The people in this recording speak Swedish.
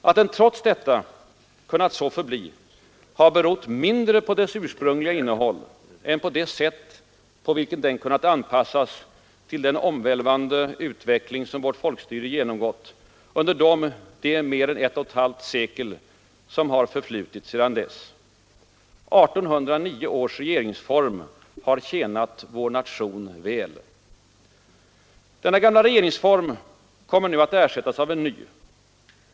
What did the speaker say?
Att den trots detta kunnat så förbli, har berott mindre på dess ursprungliga innehåll än på det sätt på vilket den kunnat anpassas till den omvälvande utveckling som vårt folkstyre genomgått under de mer än ett och ett halvt sekel som har förflutit sedan dess. 1809 års regeringsform har tjänat vår nation väl. Denna gamla regeringsform kommer nu att ersättas av en ny.